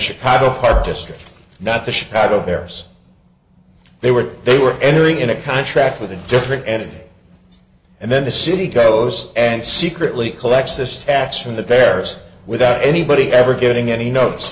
chicago fire district not the shadow bearers they were they were entering in a contract with a different entity and then the city goes and secretly collects this tax from the bears without anybody ever getting any not